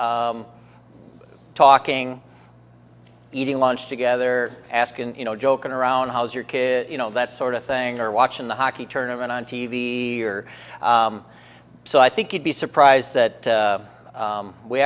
'm talking eating lunch together asking you know joking around how's your kid you know that sort of thing or watching the hockey tournament on t v here so i think you'd be surprised that